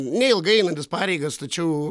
neilgai einantis pareigas tačiau